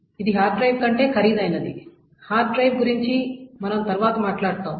ఇది hard drive కంటే ఖరీదైనది హార్డ్ డ్రైవ్ గురించి మనం తరువాత మాట్లాడుతాము